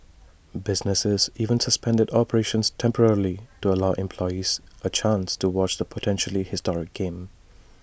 businesses even suspended operations temporarily to allow employees A chance to watch the potentially historic game